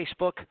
Facebook